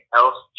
else